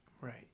Right